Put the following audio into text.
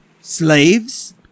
Slaves